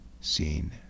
seen